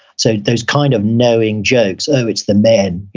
so those kind of knowing jokes, oh, it's the men.